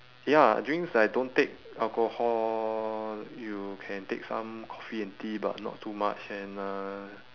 ya drinks I don't take alcohol you can take some coffee and tea but not too much and uh